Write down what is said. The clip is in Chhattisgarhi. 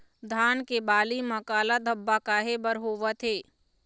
धान के बाली म काला धब्बा काहे बर होवथे?